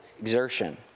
exertion